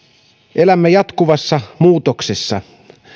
elämme jatkuvassa muutoksessa